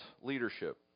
leadership